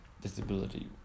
disability